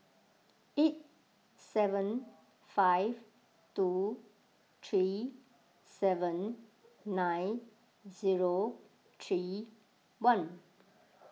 eight seven five two three seven nine zero three one